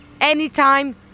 anytime